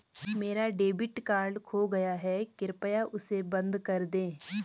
मेरा debit card खो गया है, कृपया उसे बंद कर दें